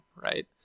right